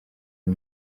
iyi